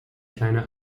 kleine